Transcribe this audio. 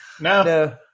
No